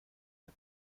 der